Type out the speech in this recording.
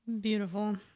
Beautiful